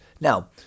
Now